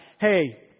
Hey